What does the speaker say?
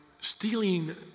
stealing